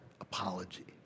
apology